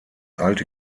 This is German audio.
alte